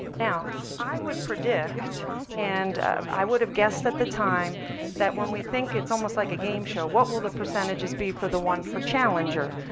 now i would predict and i would have guessed that the time that, when we think it's almost like a game show, what will the percentages be for the one for challenger?